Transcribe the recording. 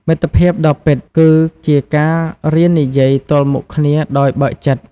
មិត្តភាពដ៏ពិត គឺជាការរៀននិយាយទល់មុខគ្នាដោយបើកចិត្ត។